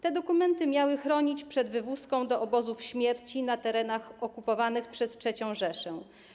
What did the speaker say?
Te dokumenty miały chronić przed wywózką do obozów śmierci na terenach okupowanych przez III Rzeszę.